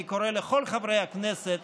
אני קורא לכל חברי הכנסת